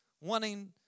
wanting